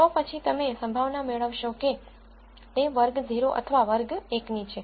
તો પછી તમે સંભાવના મેળવશો કે તે વર્ગ 0 અથવા વર્ગ 1ની છે